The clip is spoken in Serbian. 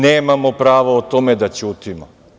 Nemamo pravo o tome da ćutimo.